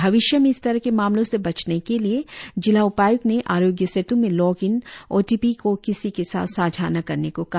भविष्य में इस तरह के मामलों से बचने के लिए जिला उपायुक्त ने आरोग्य सेतु में log in O T P को किसी के साथ सांझा न करने को कहा